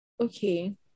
Okay